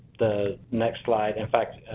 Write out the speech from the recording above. the next slide. in fact,